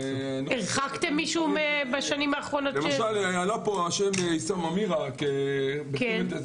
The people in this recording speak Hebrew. ואני לא רוצה לפרוס בפניכם אמירות על נהרות של דם,